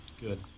Good